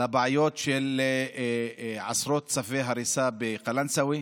לבעיות של עשרות צווי הריסה בקלנסווה